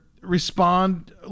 respond